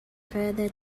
further